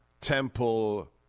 temple